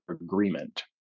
agreement